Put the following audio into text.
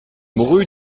mourut